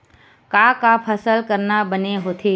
का का फसल करना बने होथे?